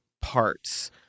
parts